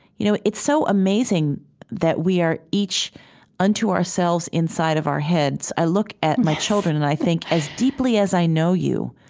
you know it's so amazing that we are each unto ourselves inside of our heads. i look at my children and i think, as deeply as i know you,